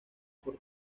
por